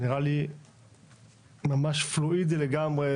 זה נראה לי ממש פלואידי לגמרי.